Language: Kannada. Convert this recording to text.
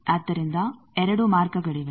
ಆದ್ದರಿಂದ ಎರಡು ಮಾರ್ಗಗಳಿವೆ